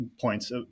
points